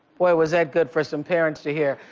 boy, was that good for some parents to hear.